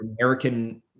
American